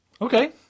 Okay